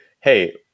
hey